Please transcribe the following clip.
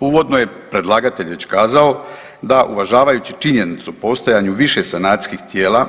Uvodno je predlagatelj već kazao da uvažavajući činjenicu o postojanju više sanacijskih tijela